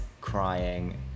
crying